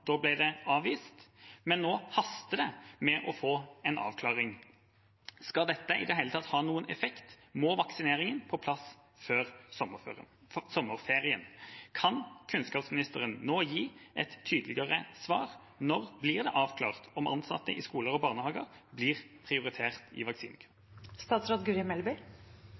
Da ble det avvist, men nå haster det med å få en avklaring. Skal dette i det hele tatt ha noen effekt, må vaksineringen på plass før sommerferien. Kan kunnskapsministeren nå gi et tydeligere svar på når det blir avklart om ansatte i skoler og barnehager blir prioritert i